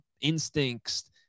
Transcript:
instincts